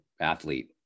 athlete